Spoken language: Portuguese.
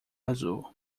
azul